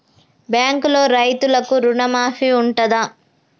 బ్యాంకులో రైతులకు రుణమాఫీ ఉంటదా?